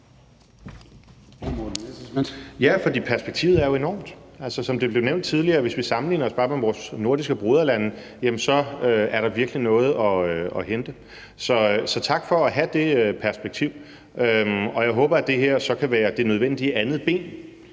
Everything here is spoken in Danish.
Ja, for perspektivet er jo enormt. Altså, som det blev nævnt tidligere: Hvis vi bare sammenligner os med vores nordiske broderlande, er der virkelig noget at hente. Så tak for at have det perspektiv. Og jeg håber, at det her så kan være det nødvendige andet ben